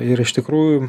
o ir iš tikrųjų